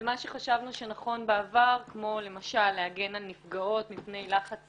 ומה שחשבנו שנכון בעבר כמו למשל להגן על נפגעות מפני לחץ